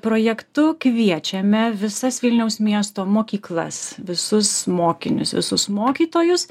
projektu kviečiame visas vilniaus miesto mokyklas visus mokinius visus mokytojus